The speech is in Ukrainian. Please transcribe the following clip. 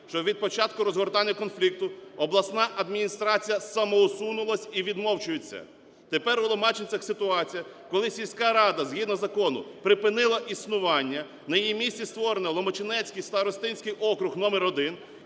що від початку розгортання конфлікту обласна адміністрація самоусунулась і відмовчується. Тепер у Ломачинцях ситуація, коли сільська рада згідно закону припинила існування, на її місці створено Ломачинецький старостинський округ № 1,